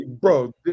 Bro